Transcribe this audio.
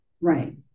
Right